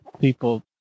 people